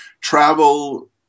travel